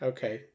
Okay